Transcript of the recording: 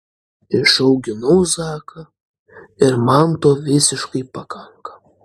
išauginau zaką ir man to visiškai pakanka